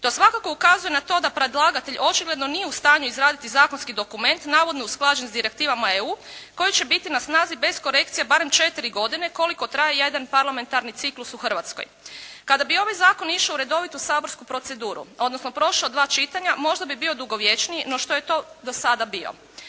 To svakako ukazuje na to da predlagatelj očigledno nije u stanju izraditi zakonski dokument navodno usklađen s direktivama EU koji će biti na snazi bez korekcije barem četiri godine koliko traje jedan parlamentarni ciklus u Hrvatskoj. Kada bi ovaj zakon išao u redovitu saborsku proceduru odnosno prošao dva čitanja mogao bi bio dugovječniji no što je to do sada bio.